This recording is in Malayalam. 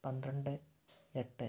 പന്ത്രണ്ട് എട്ട്